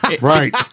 right